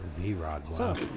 V-Rod